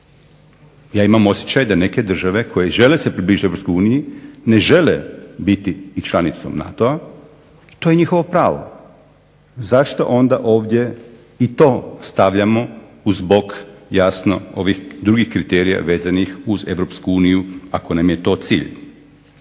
Ja imam osjećaj da neke države koje se žele približiti EU ne žele biti članicom NATO-a i to je njihovo pravo. Zašto onda i ovdje i to stavljamo uz bok jasno ovih drugih kriterija vezanih uz EU ako nam je to cilj.